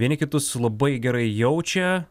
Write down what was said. vieni kitus labai gerai jaučia